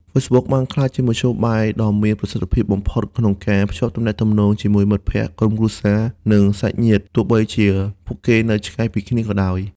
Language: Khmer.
Facebook បានក្លាយជាមធ្យោបាយដ៏មានប្រសិទ្ធភាពបំផុតក្នុងការ ភ្ជាប់ទំនាក់ទំនងជាមួយមិត្តភក្តិ ក្រុមគ្រួសារ និងសាច់ញាតិ ទោះបីជាពួកគេនៅឆ្ងាយពីគ្នាក៏ដោយ។